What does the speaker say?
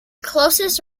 closest